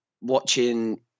Watching